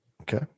Okay